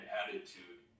attitude